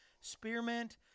spearmint